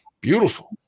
Beautiful